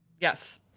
Yes